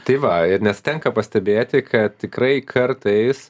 tai va ir nes tenka pastebėti kad tikrai kartais